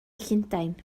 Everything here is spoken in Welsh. llundain